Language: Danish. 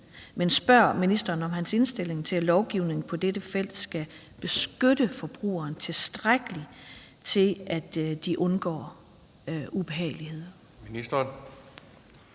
men spørger ministeren, om ministerens indstilling til lovgivningen på dette felt er, at den skal beskytte forbrugeren tilstrækkeligt, til at de undgår ubehageligheder.